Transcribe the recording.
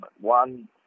One